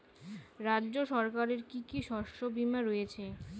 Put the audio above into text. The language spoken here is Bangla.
রাজ্য সরকারের কি কি শস্য বিমা রয়েছে?